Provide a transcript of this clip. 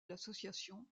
l’association